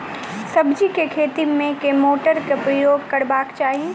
सब्जी केँ खेती मे केँ मोटर केँ प्रयोग करबाक चाहि?